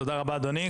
תודה רבה, אדוני.